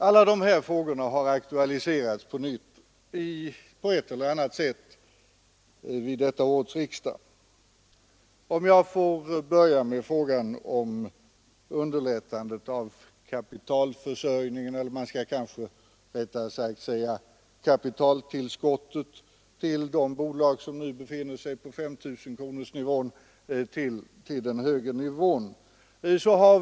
Alla dessa frågor har på ett eller annat sätt på nytt aktualiserats vid årets riksdag. Låt mig börja med frågan om de kapitaltillskott som behövs för att de bolag som nu befinner sig på 5 000-kronorsnivån skall komma upp till den högre nivån.